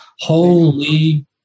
Holy